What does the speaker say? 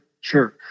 Sure